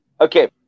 okay